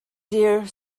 dear